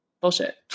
bullshit